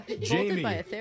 Jamie